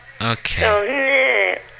Okay